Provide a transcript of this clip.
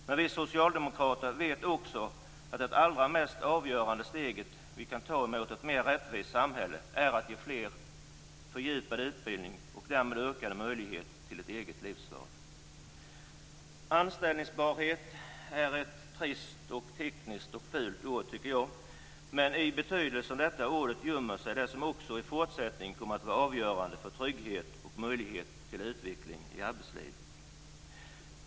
Men vi socialdemokrater vet också att det allra mest avgörande steget vi kan ta mot ett mer rättvist samhälle är att ge fler fördjupad utbildning och därmed ökade möjligheter till ett eget livsval. Anställningsbarhet är ett trist, tekniskt och fult ord tycker jag. Men i betydelsen av detta ord gömmer sig det som också i fortsättningen kommer att vara avgörande för trygghet och möjlighet till utveckling i arbetslivet.